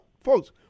Folks